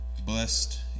blessed